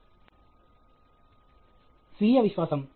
స్వీయ విశ్వాసం